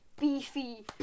beefy